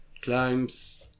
Climbs